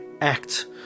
act